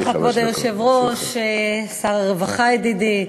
כבוד היושב-ראש, תודה רבה לך, שר הרווחה ידידי,